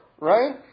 right